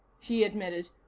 he admitted.